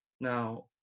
Now